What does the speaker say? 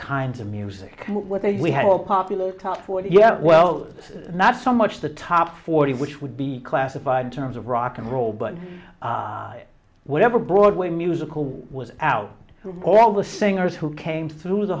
kinds of music what they we had a popular top forty well not so much the top forty which would be classified terms of rock and roll but whatever broadway musical was out all the singers who came through the